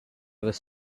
was